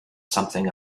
something